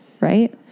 right